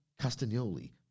Castagnoli